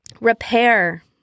repair